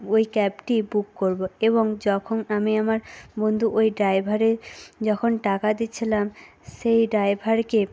ওই ক্যাবটিই বুক করবো এবং যখন আমি আমার বন্ধু ওই ড্রাইভারে যখন টাকা দিচ্ছিলাম সেই ড্রাইভারকে